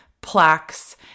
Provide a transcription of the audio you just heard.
plaques